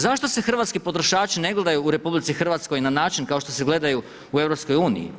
Zašto se hrvatski potrošači ne gledaju u RH na način kao što se gledaju u EU?